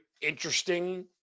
interesting